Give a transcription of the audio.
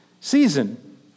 season